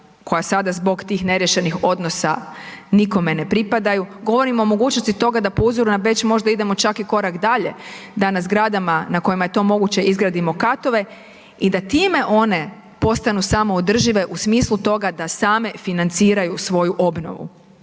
koja sada zbog tih neriješenih odnosa nikome ne pripadaju, govorim o mogućnosti toga da po uzoru na Beč čak i idemo korak dalje, da na zgradama na kojima je to moguće izgradimo katove i time one postanu samoodržive u smislu toga da same financiraju svoju obnovu,